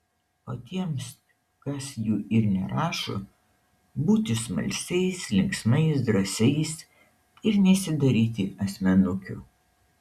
o tiems kas jų ir nerašo būti smalsiais linksmais drąsiais ir nesidaryti asmenukių